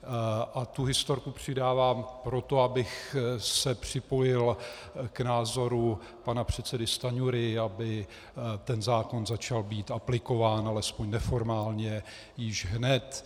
A tu historku přidávám proto, abych se připojil k názoru pana předsedy Stanjury, aby ten zákon začal být aplikován, alespoň neformálně, již hned.